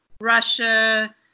Russia